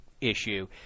issue